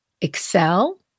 excel